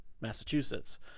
Massachusetts